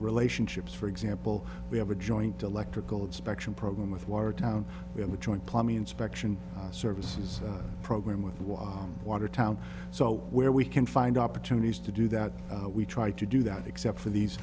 relationships for example we have a joint electrical inspection program with watertown we have a joint plumbing inspection services program with water watertown so where we can find opportunities to do that we try to do that except for these